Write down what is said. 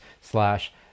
slash